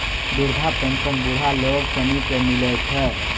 वृद्धा पेंशन बुढ़ा लोग सनी के मिलै छै